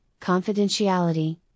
confidentiality